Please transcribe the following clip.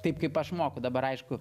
taip kaip aš moku dabar aišku